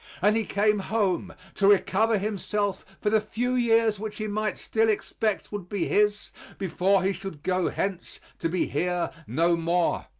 and he came home to recover himself for the few years which he might still expect would be his before he should go hence to be here no more.